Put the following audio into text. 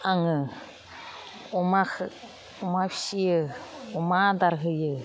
आङो अमाखौ अमा फिसियो अमा आदार होयो